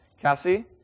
Cassie